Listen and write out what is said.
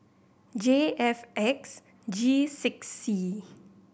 J F X G six C